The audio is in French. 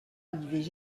l’ivg